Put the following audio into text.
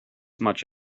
much